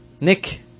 Nick